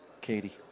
Katie